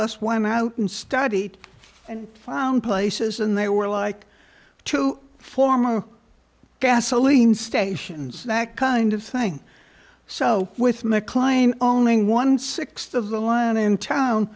us were mountain study and found places and they were like two former gasoline stations that kind of thing so with mclean owning one sixth of the land in town